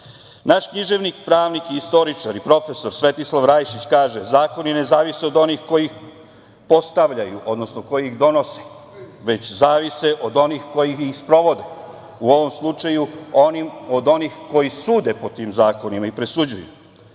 književnik, pravnik, istoričar i profesor, Svetislav Rajačić kaže - Zakoni ne zavise od onih koji ih postavljaju, odnosno koji ih donose, već zavise od onih koji ih sprovode. U ovom slučaju, od onih koji sude po tim zakonima i presuđuju.